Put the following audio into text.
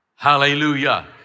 Hallelujah